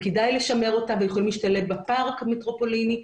כדאי לשלב אותן והן יכולות להשתלב בפארק המטרופוליני.